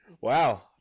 Wow